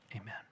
amen